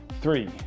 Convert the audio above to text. three